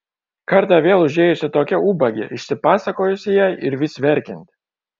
kartą vėl užėjusi tokia ubagė išsipasakojusi jai ir vis verkianti